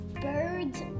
birds